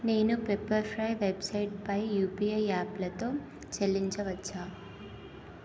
నేను pepper fry వెబ్సైట్పై UPI యాప్లతో చెల్లించవచ్చా